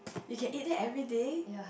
you can eat that everyday